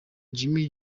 jimmy